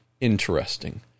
interesting